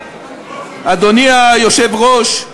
אדוני היושב-ראש,